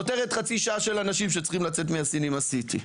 נחסכה חצי שעה של אנשים שצריכים לצאת מהסינמה סיטי.